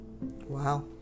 Wow